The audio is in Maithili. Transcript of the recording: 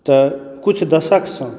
तऽ किछु दशकसँ